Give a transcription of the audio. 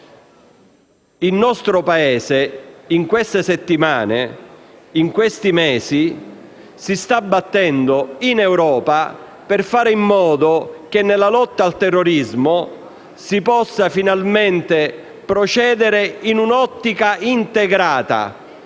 Il nostro Paese in queste settimane, in questi mesi, si sta battendo in Europa per fare in modo che nella lotta al terrorismo si possa finalmente procedere in un'ottica integrata